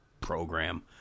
program